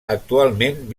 actualment